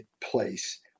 place